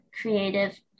creative